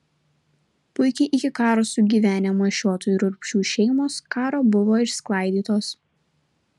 puikiai iki karo sugyvenę mašiotų ir urbšių šeimos karo buvo išsklaidytos